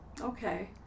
Okay